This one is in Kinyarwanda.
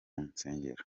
nsengero